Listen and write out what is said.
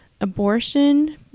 Abortion